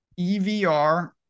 EVR